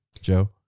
Joe